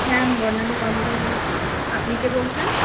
হ্যাঁ আমি বর্ণালী কর্মকার বলছি আপনি কে বলছেন